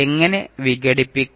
എങ്ങനെ വിഘടിപ്പിക്കും